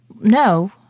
No